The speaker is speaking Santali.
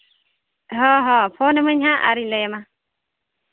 ᱦᱚᱸ ᱦᱚᱸ ᱯᱷᱳᱱᱟᱹᱢᱟᱹᱧ ᱦᱟᱸᱜ ᱟᱨᱤᱧ ᱞᱟᱹᱭᱟᱢᱟ